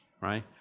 right